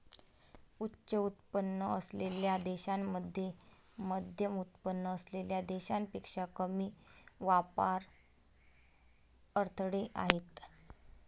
उच्च उत्पन्न असलेल्या देशांमध्ये मध्यमउत्पन्न असलेल्या देशांपेक्षा कमी व्यापार अडथळे आहेत